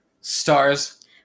stars